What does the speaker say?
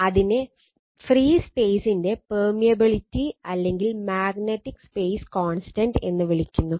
അതിനെ ഫ്രീ സ്പേസിന്റെ പെർമേയബിലിറ്റി എന്ന് വിളിക്കുന്നു